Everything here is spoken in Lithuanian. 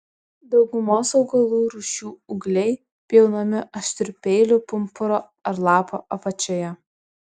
daugumos augalų rūšių ūgliai pjaunami aštriu peiliu pumpuro ar lapo apačioje